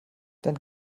dann